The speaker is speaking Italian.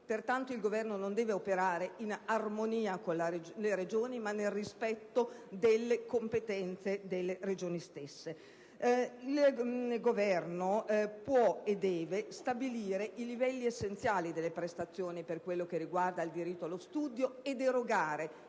pertanto, non deve operare in "armonia" con le Regioni, ma "nel rispetto" delle competenze delle Regioni stesse. Il Governo può e deve stabilire i livelli essenziali delle prestazioni per quello che riguarda il diritto allo studio ed erogare